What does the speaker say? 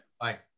Bye